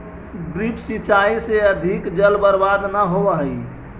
drip सिंचाई में अधिक जल बर्बाद न होवऽ हइ